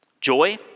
Joy